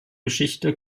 geschichte